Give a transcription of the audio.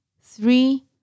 Three